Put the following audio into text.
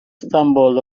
stumbled